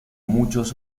muchos